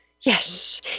Yes